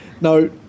no